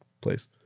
place